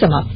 समाप्त